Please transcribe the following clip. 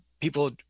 people